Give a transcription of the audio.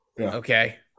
Okay